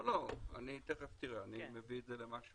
אני מביא את זה למשהו.